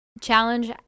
challenge